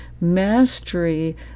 Mastery